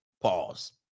Pause